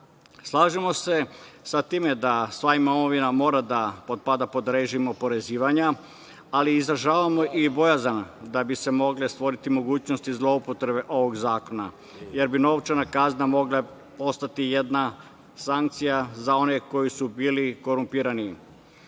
se sa time da sva imovina mora da potpada pod režim oporezivanja, ali izražavamo i bojazan da bi se mogle stvoriti mogućnosti zloupotrebe ovog zakona, jer bi novčana kazna mogla ostati jedna sankcija za one koji su bili korumpirani.